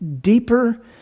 deeper